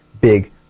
big